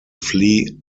flea